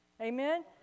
Amen